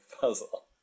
puzzle